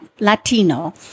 Latino